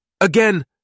again